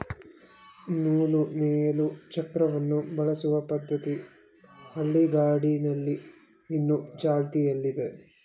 ನೂಲು ನೇಯಲು ಚಕ್ರವನ್ನು ಬಳಸುವ ಪದ್ಧತಿ ಹಳ್ಳಿಗಾಡಿನಲ್ಲಿ ಇನ್ನು ಚಾಲ್ತಿಯಲ್ಲಿದೆ